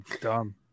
dumb